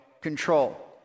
control